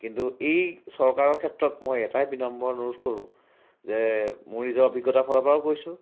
কিন্তু এই চৰকাৰৰ ক্ষেত্ৰত মই এটাই বিনম্ৰ অনুৰোধ কৰোঁ যে মোৰ নিজৰ অভিজ্ঞতাৰ ফালৰপৰাও কৈছোঁ